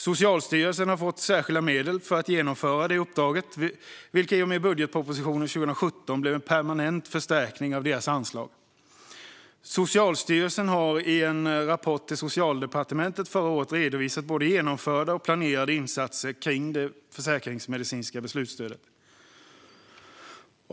Socialstyrelsen har fått särskilda medel för att genomföra detta uppdrag, vilka i och med budgetpropositionen 2017 blev en permanent förstärkning av deras anslag. Socialstyrelsen har i en rapport till Socialdepartementet förra året redovisat både genomförda och planerade insatser kring det försäkringsmedicinska beslutsstödet.